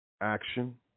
action